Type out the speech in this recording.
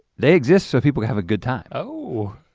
they exist so people can have a good time. oh.